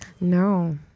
No